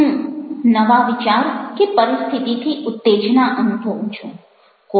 હું નવા વિચાર કે પરિસ્થિતિથી ઉત્તેજના અનુભવું છું